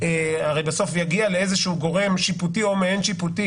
הרי בסוף זה יגיע לאיזה שהוא גורם שיפוטי או מעין שיפוטי